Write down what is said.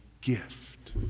gift